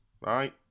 right